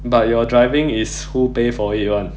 but your driving is who pay for it [one]